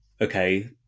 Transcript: Okay